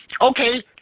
Okay